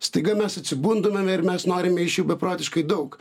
staiga mes atsibundamame mes norime iš jų beprotiškai daug